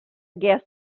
guess